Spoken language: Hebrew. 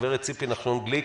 הגברת ציפי נחשון גליק,